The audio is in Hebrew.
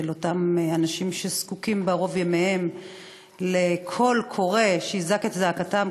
של אותם אנשים שזקוקים בערוב ימיהם לקול קורא שיזעק את זעקתם,